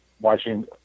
watching